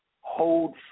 hold